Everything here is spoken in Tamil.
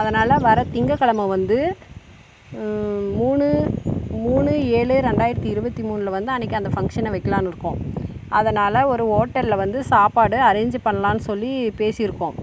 அதனால் வர திங்கக் கிலம வந்து மூணு மூணு ஏழு ரெண்டாயிரத்து இருபத்தி மூணுல வந்து அன்னிக்கு அந்த ஃபங்க்ஷனை வைக்கலான்னு இருக்கோம் அதனால் ஒரு ஓட்டலில் வந்து சாப்பாடு அரேஞ்சு பண்ணலான்னு சொல்லி பேசிருக்கோம்